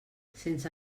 sense